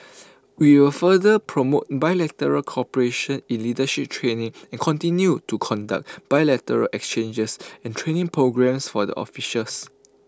we will further promote bilateral cooperation in leadership training and continue to conduct bilateral exchanges and training programs for the officials